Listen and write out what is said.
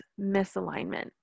misalignment